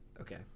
okay